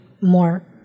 more